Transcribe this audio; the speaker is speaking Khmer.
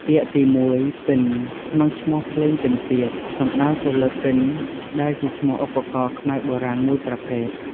ពាក្យទីមួយ "ពិណ" ក្នុងឈ្មោះ "ភ្លេងពិណពាទ្យ" សំដៅទៅលើពិណ ដែលជាឈ្មោះឧបករណ៍ខ្សែបុរាណមួយប្រភេទ។